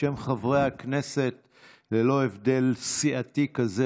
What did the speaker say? אתה בירכת אותו?